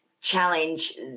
challenge